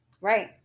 Right